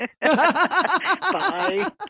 Bye